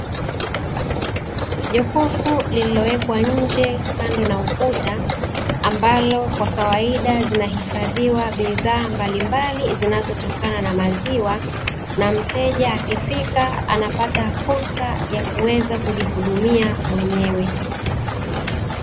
Jokofu lililowekwa nje kando na ukuta, ambalo kwa kawaida zinahifadhiwa bidhaa mbalimbali zinazotokana na maziwa, na mteja akifika anapata fursa ya kuweza kujihudumia mwenyewe.